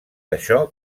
això